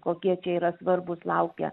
kokie čia yra svarbūs laukia